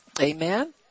Amen